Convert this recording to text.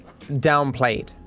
downplayed